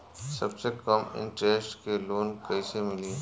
सबसे कम इन्टरेस्ट के लोन कइसे मिली?